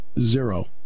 zero